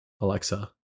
Alexa